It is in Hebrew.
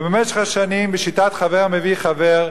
ובמשך השנים, בשיטת "חבר מביא חבר"